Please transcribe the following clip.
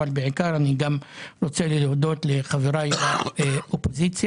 אבל בעיקר אני גם רוצה להודות לחבריי לאופוזיציה,